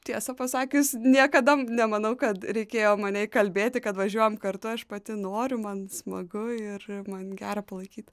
tiesą pasakius niekada nemanau kad reikėjo mane įkalbėti kad važiuojam kartu aš pati noriu man smagu ir man gera palaikyt